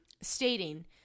stating